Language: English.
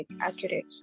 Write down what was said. accurate